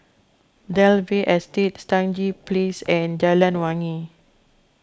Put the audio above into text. Dalvey Estate Stangee Place and Jalan Wangi